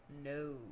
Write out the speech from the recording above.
no